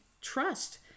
trust